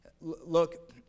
Look